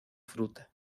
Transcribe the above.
fruta